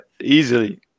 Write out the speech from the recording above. easily